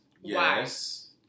yes